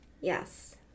yes